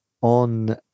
on